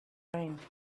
mother